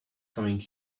coming